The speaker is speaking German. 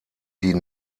die